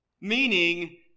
meaning